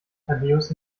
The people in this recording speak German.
thaddäus